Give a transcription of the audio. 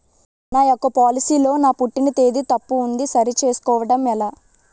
నా యెక్క పోలసీ లో నా పుట్టిన తేదీ తప్పు ఉంది సరి చేసుకోవడం ఎలా?